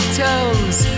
toes